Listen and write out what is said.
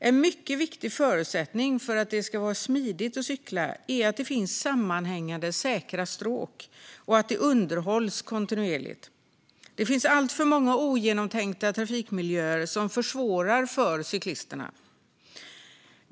En mycket viktig förutsättning för att det ska vara smidigt att cykla är att det finns sammanhängande säkra stråk och att dessa underhålls kontinuerligt. Det finns alltför många ogenomtänkta trafikmiljöer som försvårar för cyklisterna.